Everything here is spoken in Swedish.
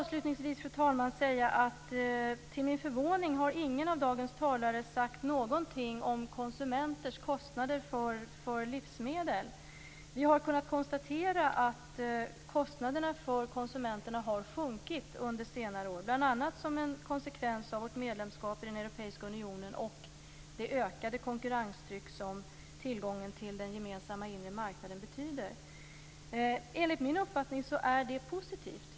Slutligen, fru talman, vill jag säga att ingen av dagens talare till min förvåning sagt någonting om konsumenters kostnader för livsmedel. Vi har kunnat konstatera att kostnaderna för konsumenterna har sjunkit under senare år, bl.a. som en konsekvens av vårt medlemskap i den europeiska unionen och det ökade konkurrenstryck som tillgången till den gemensamma inre marknaden betyder. Enligt min uppfattning är det positivt.